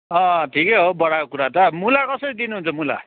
अँ ठिकै हो बडाको कुरा त मुला कसरी दिनुहुन्छ मुला